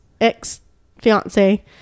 ex-fiance